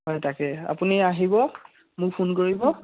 হয় তাকে আপুনি আহিব মোক ফোন কৰিব